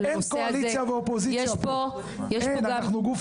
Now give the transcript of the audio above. אין קואליציה ואופוזיציה פה, אין, אנחנו גוף אחד.